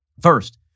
First